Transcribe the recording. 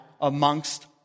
amongst